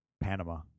Panama